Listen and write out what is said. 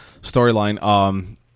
storyline